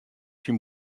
syn